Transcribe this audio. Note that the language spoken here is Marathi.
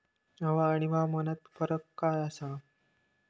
हवा आणि हवामानात काय फरक असा?